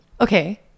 Okay